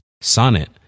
Sonnet